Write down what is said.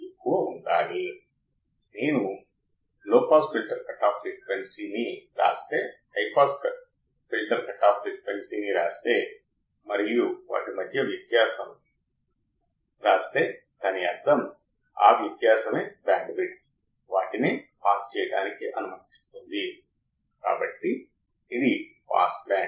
కాబట్టి ఒకవేళ నేను మీకు ప్రతికూల ఫీడ్బ్యాక్ ఇస్తే మీరు ఆనందించరు మరియు నేను సానుకూల స్పందన ఇస్తే ఓహ్మీరు అద్భుతమైన విద్యార్థి అని లేదా ఎవరైనా నాకు నేను ఒక అద్భుతమైన గురువు అని చెబితే నేను చాలా ఆనందంగా ఉంటాను ఇది మానవ స్వభావం